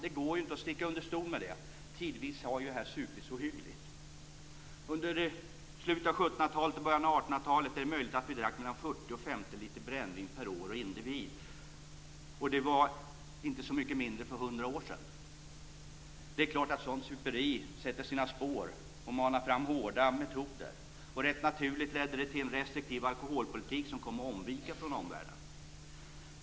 Det går inte att sticka under stol med det: Tidvis har här supits ohyggligt. Under slutet av 1700-talet och början av 1800-talet är det möjligt att vi drack mellan 40 och 50 liter brännvin per år och individ, och det var inte så mycket mindre för hundra år sedan. Det är klart att ett sådant superi sätter sina spår och manar fram hårda metoder. Rätt naturligt ledde detta till en restriktiv alkoholpolitik som kom att avvika från omvärldens.